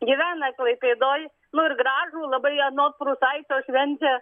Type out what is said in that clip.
gyvena klaipėdoj nu ir gražų labai anot prūsaicio švenčia